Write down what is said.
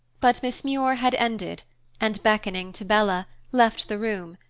but miss muir had ended and, beckoning to bella, left the room,